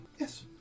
Yes